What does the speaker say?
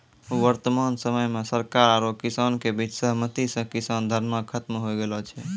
वर्तमान समय मॅ सरकार आरो किसान के बीच सहमति स किसान धरना खत्म होय गेलो छै